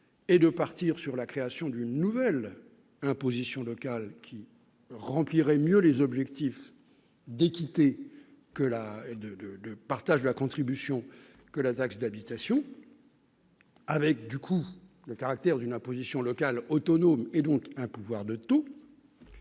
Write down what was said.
Et de partir sur la création d'une nouvelle imposition locale qui rempliraient mieux les objectifs d'équité que la de, de, de partage, la contribution que la taxe d'habitation. Avec, du coup, le caractère d'une imposition locale autonome et donc un pouvoir de tous.